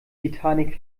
titanic